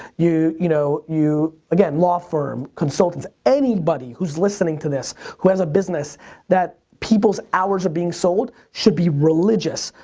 you you know you again law firm, consultants. anybody who's listening to this who has a business that people's hours are being sold should be religious,